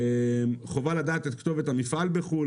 חובה לדעת את כתובת המפעל בחו"ל,